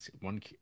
one